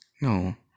No